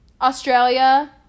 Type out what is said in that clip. Australia